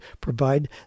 provide